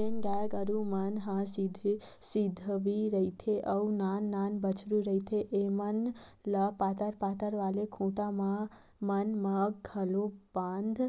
जेन गाय गरु मन ह सिधवी रहिथे अउ नान नान बछरु रहिथे ऐमन ल पातर पातर वाले खूटा मन म घलोक बांध